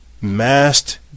masked